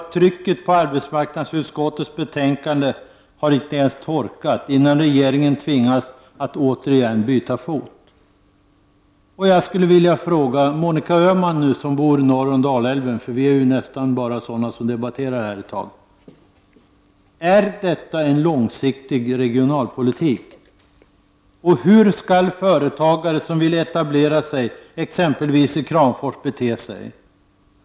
Trycket i arbetsmarknadsutskottets betänkande hinner inte ens torka förrän regeringen tvingas att återigen byta fot. Jag skulle vilja ställa några frågor till Monica Öhman, som bor norr om Dalälven — det är förresten bara vi som bor norröver som just nu deltar i debatten. Jag skulle alltså vilja fråga: Är detta en långsiktig regionälpolitik? Och hur skall företagare som vill etablera sig exempelvis i Kramfors bete sig?